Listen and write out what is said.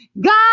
God